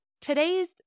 today's